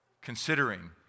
considering